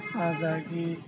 ಹಾಗಾಗಿ